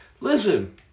Listen